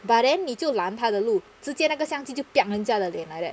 but then 你就拦他的路直接那个相机就 piak 人家的脸 like that